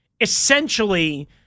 essentially